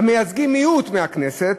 המייצגים מיעוט מהכנסת,